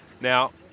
Now